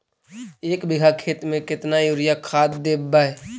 एक बिघा खेत में केतना युरिया खाद देवै?